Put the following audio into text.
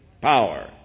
power